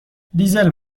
دیزل